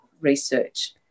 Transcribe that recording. research